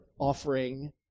offering